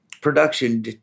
production